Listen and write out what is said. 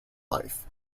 life